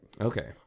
Okay